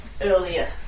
earlier